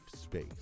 space